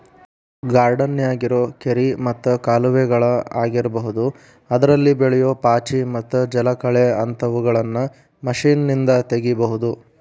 ಗಾರ್ಡನ್ಯಾಗಿರೋ ಕೆರಿ ಮತ್ತ ಕಾಲುವೆಗಳ ಆಗಿರಬಹುದು ಅದ್ರಲ್ಲಿ ಬೆಳಿಯೋ ಪಾಚಿ ಮತ್ತ ಜಲಕಳೆ ಅಂತವುಗಳನ್ನ ಮಷೇನ್ನಿಂದ ತಗಿಬಹುದು